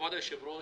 כבוד היושב-ראש,